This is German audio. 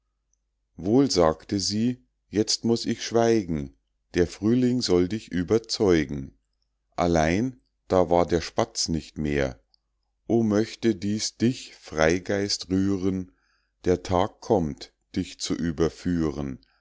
wohl sagte sie jetzt muß ich schweigen der frühling soll dich überzeugen allein da war der spatz nicht mehr o möchte dies dich freigeist rühren der tag kommt dich zu überführen